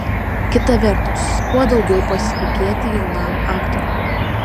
kita vertus kuo daugiau pasitikėti jaunam aktoriui